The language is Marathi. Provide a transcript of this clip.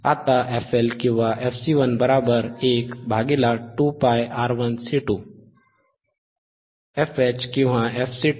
आता fL किंवा fC112πR1C2